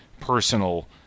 personal